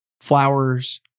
flowers